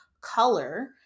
color